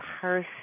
person